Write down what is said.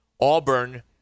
Auburn